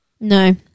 No